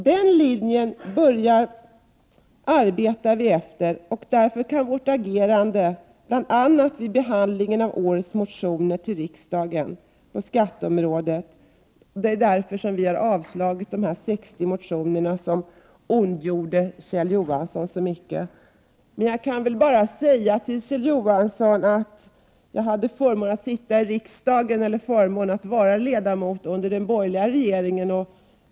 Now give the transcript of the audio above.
Den linjen har vi redan börjat arbeta efter, och det är därför vi har avstyrkt de 60 motionerna på skatteområdet, vilket Kjell Johansson ondgjorde sig så mycket över. Jag kan säga till Kjell Johansson att jag hade förmånen att sitta i riksdagen under den borgerliga regeringens tid.